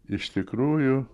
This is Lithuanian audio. iš tikrųjų